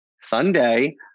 Sunday